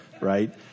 right